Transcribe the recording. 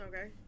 Okay